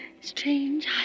Strange